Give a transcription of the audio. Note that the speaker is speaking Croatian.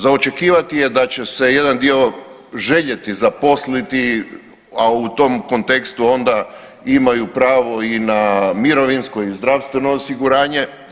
Za očekivati je da će se jedan dio željeti zaposliti, a u tom kontekstu onda imaju pravo i na mirovinsko i zdravstveno osiguranje.